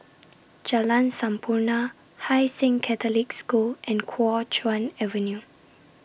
Jalan Sampurna Hai Sing Catholic School and Kuo Chuan Avenue